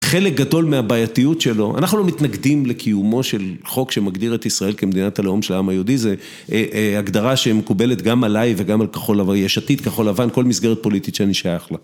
חלק גדול מהבעייתיות שלו, אנחנו לא מתנגדים לקיומו של חוק שמגדיר את ישראל כמדינת הלאום של העם היהודי, זה הגדרה שמקובלת גם עליי וגם על כחול הוואי, יש עתיד כחול לבן, כל מסגרת פוליטית שאני שייך לה.